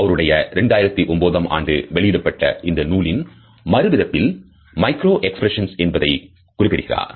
அவருடைய 2009 ஆம் ஆண்டு வெளியிடப்பட்ட இந்த நூலின் மறுபதிப்பில் மைக்ரோ எக்ஸ்பிரஷன்ஸ் என்பதை குறிப்பிடுகிறார்